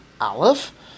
Aleph